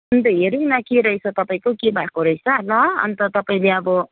अन्त हेरौँ न के रहेछ तपाईँको के भएको रहेछ ल अन्त तपाईँले अब